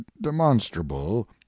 demonstrable